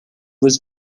was